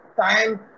time